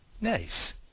nice